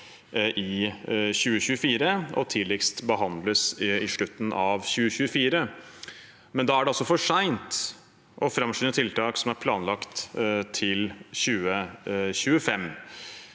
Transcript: i 2024, og tidligst behandles i slutten av 2024. Men da er det for sent å framskynde tiltak som er planlagt til 2025.